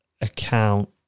account